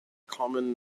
common